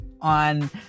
on